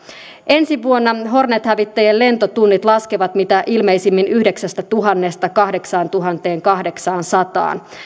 ensi vuonna hornet hävittäjien lentotunnit laskevat mitä ilmeisimmin yhdeksästätuhannesta kahdeksaantuhanteenkahdeksaansataan